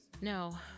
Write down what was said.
No